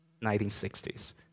1960s